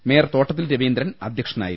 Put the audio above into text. mayor Thottathil Raveendran അദ്ധ്യക്ഷനായിരുന്നു